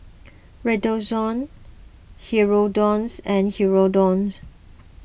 Redoxon Hirudoid and Hirudoid